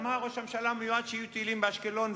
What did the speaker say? אמר ראש הממשלה המיועד שיהיו טילים באשקלון,